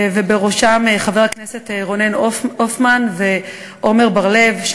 ובראשם חברי הכנסת רונן הופמן ועמר בר-לב,